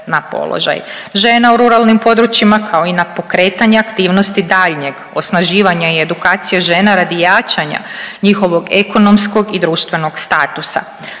na položaj žena u ruralnim područjima kao i na pokretanje aktivnosti daljnjeg osnaživanja i edukacije žena radi jačanja njihovog ekonomskog i društvenog statusa.